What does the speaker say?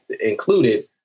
included